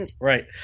Right